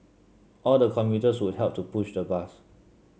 all the commuters would help to push the bus